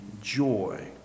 joy